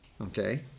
Okay